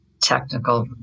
technical